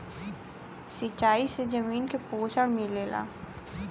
सिंचाई से जमीन के पोषण मिलेला